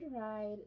ride